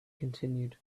continued